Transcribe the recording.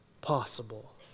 possible